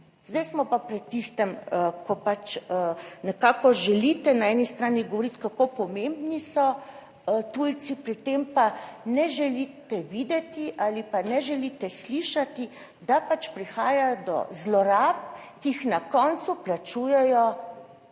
Zdaj smo pa pri tistem, ko pač nekako želite na eni strani govoriti, kako pomembni so tujci, pri tem pa ne želite videti ali pa ne želite slišati, da pač prihaja do zlorab, ki jih na koncu plačujejo